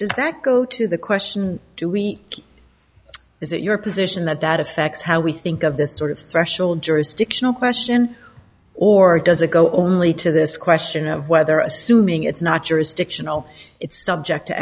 does that go to the question two is it your position that that affects how we think of this sort of threshold jurisdictional question or does it go only to this question of whether assuming it's not jurisdictional it's subject to